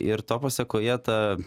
ir to pasekoje ta